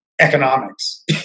economics